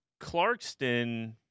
Clarkston